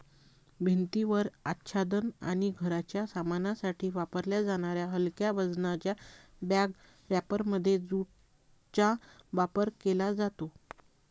भिंतीवर आच्छादन आणि घराच्या सामानासाठी वापरल्या जाणाऱ्या हलक्या वजनाच्या बॅग रॅपरमध्ये ज्यूटचा वापर केला जातो